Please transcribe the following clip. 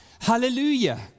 Hallelujah